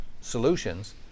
solutions